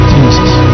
Jesus